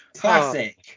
Classic